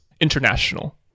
international